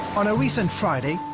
on a recent friday,